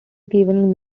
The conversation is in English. given